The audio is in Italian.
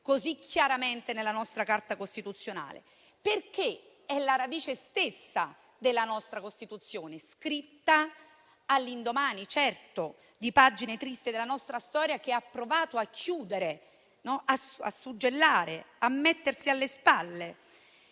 così chiaramente nella nostra Carta costituzionale? Perché è la radice stessa della nostra Costituzione, scritta all'indomani di pagine tristi della nostra storia, che si è provato a chiudere, suggellare e mettersi alle spalle,